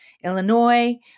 Illinois